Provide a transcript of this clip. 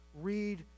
read